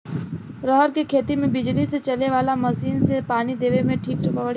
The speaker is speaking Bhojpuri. रहर के खेती मे बिजली से चले वाला मसीन से पानी देवे मे ठीक पड़ी?